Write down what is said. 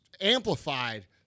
amplified